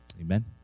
Amen